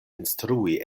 instrui